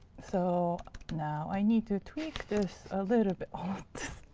so now i need to tweak this a little bit. oh,